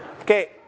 Okay